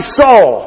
soul